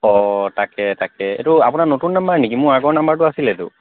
অঁ তাকে তাকে এইটো আপোনাৰ নতুন নাম্বাৰ নেকি মোৰ আগৰ নাম্বাৰটো আছিলেতো